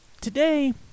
today